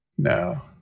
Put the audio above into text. No